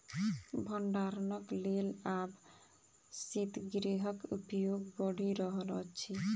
भंडारणक लेल आब शीतगृहक उपयोग बढ़ि रहल अछि